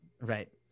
Right